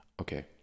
Okay